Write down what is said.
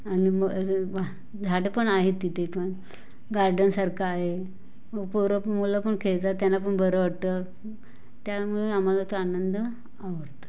आणि मग झाडं पण आहेत तिथे पण गार्डनसारखं आहे मग पोरं मुलं पण खेळतात त्यांना पण बरं वाटतं त्यामुळं आम्हाला तो आनंद आवडतो